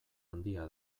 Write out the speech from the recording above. handia